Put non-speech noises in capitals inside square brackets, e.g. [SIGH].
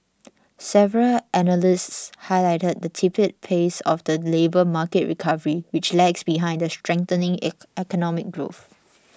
several analysts highlighted the tepid labour market recovery which lags behind the strengthening [NOISE] economic growth